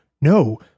No